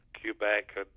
Quebec